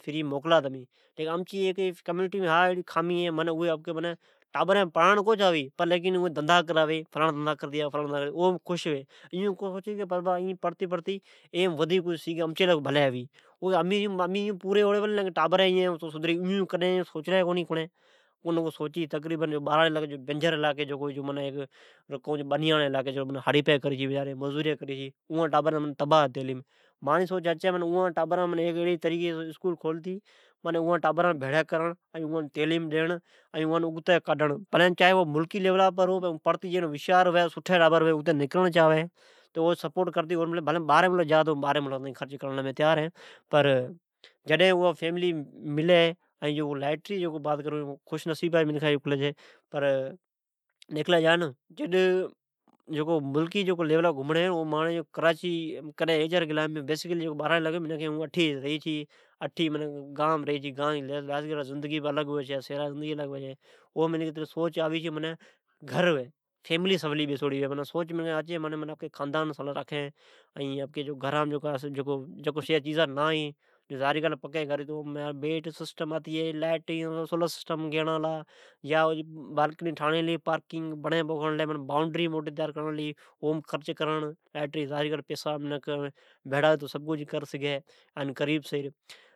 فری موکلا تمین ۔امچی کمیونٹی ھا ھیک خامی ھے، تو آپکے ٹابرین پڑائڑ تو کو چاوی پر دنداکراوی فلانا دندا کرتیا۔ ایو کو سوچی تو ایئی پربا پڑی تو ماجی بھلے ھوی۔ امی تو ایون پوری ھوئڑی پلی ھو پر ٹابرین تو سدری ۔ ائون کڈی کو سوچلی کو نی کڑین۔ خاص کرتی جکو بارائیڑی جی علاقی ھی خاص کرتی بنیا ڑی۔ جٹھے ھاڑی یا جکو مذدوری کری چھی اوان جی ٹانبرین جی تعلیمی تبا ھی۔ ماڑی سوچ ھچ ھی تو اوان سجان بھیڑی کرتی تعلیم ڈیڑ ائین اوان اگتے کاڈن ائین چائی اوا ملکا جی لیولا پڑھن چاوی سٹھی ھوسیار ساگرد ھوی تو بلھین باری ملکا جی لیولاپرجا تو اوجی مین سپورٹ کرنیلی اولی مین خرچ کرڑی لے تیار ھین۔ جڈ اوا فملی ملے آپو جکو بات کرون پلے اوالائیٹری جی ھی اوا خس نصیبا جی کھلیچھی۔ ۔این مین ملکا جی لیوالا پر گھمڑ چانوی کا تو مہین کراچی ھئک دفعہ گلا ھین۔ بیسیکلی مین کان تو امین بارائیڑی جی منکھین اٹھی رھی چھی، اٹھی گام رھی چھے۔ کا ن تو گان جی زندگی الگ ھوی چھی ائین سھرا جی الگ ھویچھی، ھون ایلے کرتئ اوجی سوچ بہ اتری ھوی ھیک گھرھوی ۔ فیملی ھوی اوا فیملی سولی بوسوڑی ھوی۔ ائین آپکی گھران جکو شیا نہ ھی ظاعری بات ھی تو پکی گھر ھی تو بیڈ وغیرہ لائیٹ ھلی، سولر سٹم ھلا ۔یا پارکڈجی ٹھاڑی ھلی، یا تو بالکنی ٹھاوی، ظاعری بات ھی جیکڈن پیسہ بھیڑا کرتے سبھ کجھ کر سگھی۔